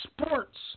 sports